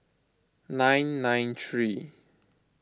nine nine three